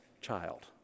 child